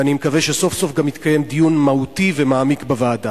ואני מקווה שסוף-סוף גם יתקיים דיון מהותי ומעמיק בוועדה.